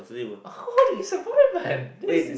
how did we survive man this is